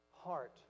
heart